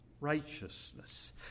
righteousness